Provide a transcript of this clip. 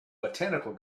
botanical